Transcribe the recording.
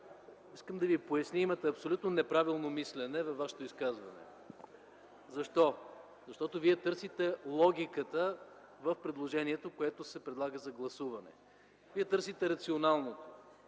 искам да Ви поясня – имате абсолютно неправилно мислене във Вашето изказване. Защо? Защото Вие търсите логиката в предложението, което се предлага за гласуване. Вие търсите рационалното